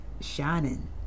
shining